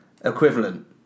equivalent